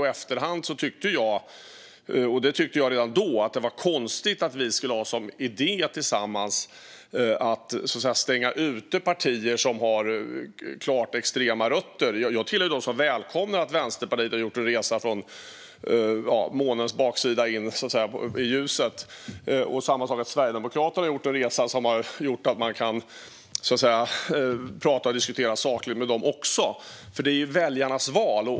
I efterhand tyckte jag att det var konstigt att vi skulle ha som idé tillsammans att stänga ute partier som har klart extrema rötter. Jag tillhör dem som välkomnar att Vänsterpartiet har gjort en resa från månens baksida in i ljuset och att Sverigedemokraterna har gjort en resa som gör att man kan diskutera med dem också, för det är ju väljarnas val.